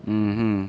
mmhmm